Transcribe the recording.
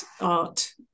art